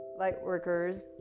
Lightworkers